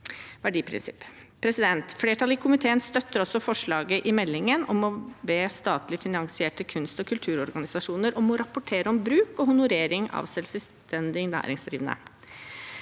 verdiprinsipp. Flertallet i komiteen støtter også forslaget i meldingen om å be statlig finansierte kunst- og kulturorganisasjoner om å rapportere om bruk og honorering av selvstendig næringsdrivende.